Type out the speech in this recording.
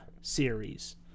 series